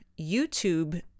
YouTube